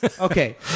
Okay